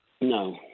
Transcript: No